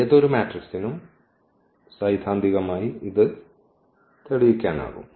ഏതൊരു മാട്രിക്സിനും സൈദ്ധാന്തികമായി ഇത് തെളിയിക്കാനാകും